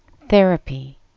therapy